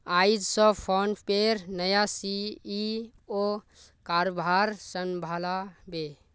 आइज स फोनपेर नया सी.ई.ओ कारभार संभला बे